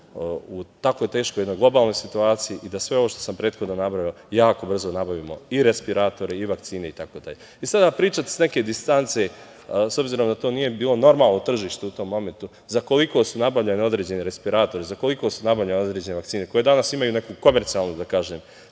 u tako teškoj globalnoj situaciji i da sve ovo što sam prethodno nabrojao jako brzo nabavimo, i respiratore i vakcine itd. Sada pričati sa neke distance, s obzirom da to nije bilo normalno tržište u tom momentu, za koliko su nabavljeni određeni respiratori, za koliko su nabavljene određene vakcine, koje danas imaju neku komercijalnu cenu,